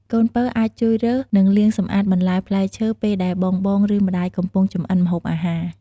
កូនពៅអាចជួយរើស និងលាងសម្អាតបន្លែ ផ្លែឈើ ពេលដែល បងៗ ឬម្ដាយកំពុងចម្អិនម្ហូបអាហារ។